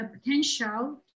potential